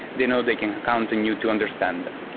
they know they can count on you to understand them.